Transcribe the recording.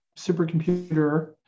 supercomputer